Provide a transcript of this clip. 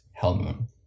Hellmoon